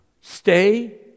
Stay